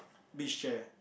beach share